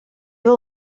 will